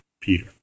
Peter